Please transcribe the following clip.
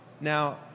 Now